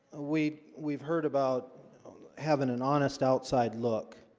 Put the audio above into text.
ah we we've heard about having an honest outside look